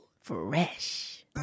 Fresh